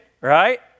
right